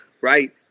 right